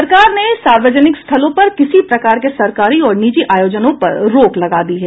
सरकार ने सार्वजनिक स्थलों पर किसी प्रकार के सरकारी और निजी आयोजनों पर रोक लगा दी है